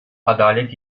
adalet